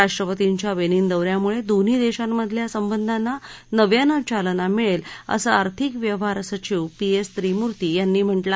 राष्ट्रपतींच्या बेनिन दौ यामुळे दोन्ही देशांमधल्या संबंधांना नव्यानं चालना मिळेल असं आर्थिक व्यवहार सचिव पी एस त्रिमुर्ती यांनी म्हा किं आहे